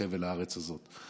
חבל הארץ הזאת.